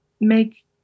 make